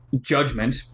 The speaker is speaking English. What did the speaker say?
Judgment